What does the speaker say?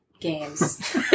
games